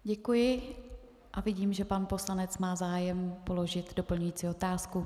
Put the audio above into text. Děkuji a vidím, že pan poslanec má zájem položit doplňující otázku.